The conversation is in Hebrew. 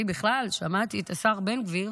אני בכלל שמעתי את השר בן גביר